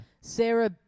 Sarah